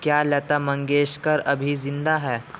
کیا لتا منگیشکر ابھی زندہ ہے